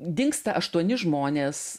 dingsta aštuoni žmonės